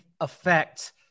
affect